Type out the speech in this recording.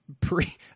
pre